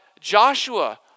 Joshua